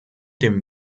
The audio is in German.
dem